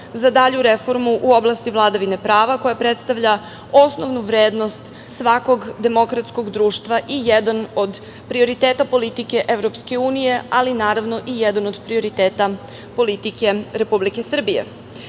za dalju reformu u oblasti vladavine prava, koja predstavlja osnovnu vrednost svakog demokratskog društva i jedan od prioriteta politike EU, ali, naravno, i jedan od prioriteta politike Republike Srbije. Zadatak